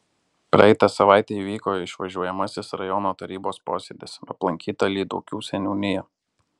praeitą savaitę įvyko išvažiuojamasis rajono tarybos posėdis aplankyta lyduokių seniūnija